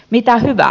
mitä hyvää